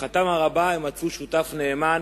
לשמחתם הרבה הם מצאו שותף נאמן,